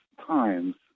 times